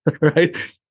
right